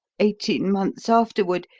eighteen months afterward,